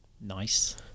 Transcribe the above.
Nice